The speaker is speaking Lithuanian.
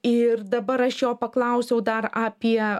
ir dabar aš jo paklausiau dar apie